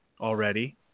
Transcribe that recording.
already